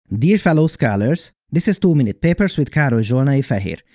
dear fellow scholars, this is two minute papers with karoly zsolnai-feher.